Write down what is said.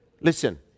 Listen